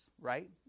right